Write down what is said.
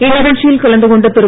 இந்நிகழ்ச்சியில் கலந்து கொண்ட திரு